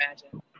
imagine